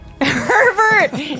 Herbert